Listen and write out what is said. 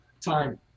time